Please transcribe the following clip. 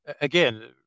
again